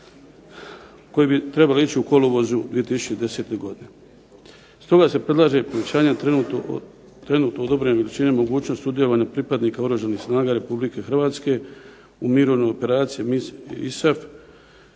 koji bi trebali ići u kolovozu 2010. godine. Stoga se predlaže povećanje trenutno odobrene veličine mogućnosti sudjelovanja pripadnika Oružanih snaga RH u mirovnoj operaciji ISAF